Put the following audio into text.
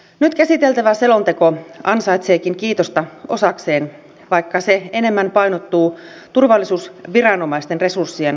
nyt käsiteltävä selonteko ansaitseekin kiitosta osakseen vaikka se enemmän painottuu turvallisuusviranomaisten resurssien analyysiin